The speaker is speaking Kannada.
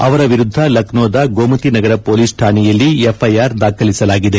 ಅವರ ವಿರುದ್ದ ಲಖ್ಯೋದ ಗೋಮತಿನಗರ ಪೊಲೀಸ್ ಠಾಣೆಯಲ್ಲಿ ಎಫ್ಐಆರ್ ದಾಖಲಿಸಲಾಗಿದೆ